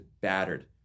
battered